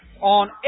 On